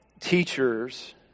teachers